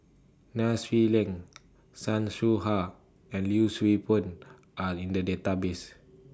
Nai Swee Leng Chan Soh Ha and Yee Siew Pun Are in The Database